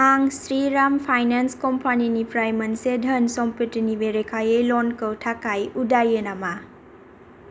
आं श्रीराम फाइनान्स कम्पानिनिफ्राय मोनसे धोन सम्फथिनि बेरेखायै लनखौ थाखाय उदायो नामा